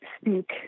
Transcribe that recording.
speak